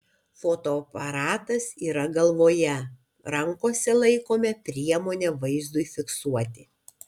fotoaparatas yra galvoje rankose laikome priemonę vaizdui fiksuoti